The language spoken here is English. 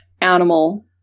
animal